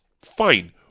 Fine